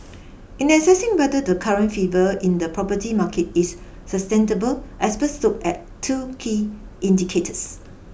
in assessing whether the current fever in the property market is sustainable experts look at two key indicators